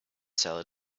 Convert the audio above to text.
seller